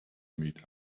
meet